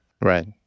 Right